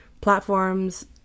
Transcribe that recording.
platforms